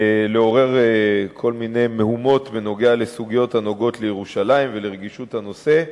לעורר כל מיני מהומות בנוגע לסוגיות הנוגעות לירושלים ולרגישות הנושא,